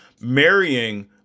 marrying